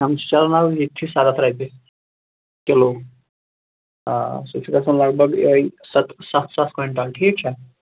ہیٚمہِ چھِ چَلان اَز ییٚتہِ چھِ سَتَتھ رۄپیہِ کِلو آ سُہ چھُ گَژھان لگ بگ یِہَے سَتتھ سَتھ سَتھ کۄینٹَل ٹھیٖک چھا